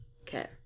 Okay